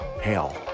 Hell